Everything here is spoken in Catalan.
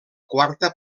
quarta